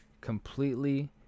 completely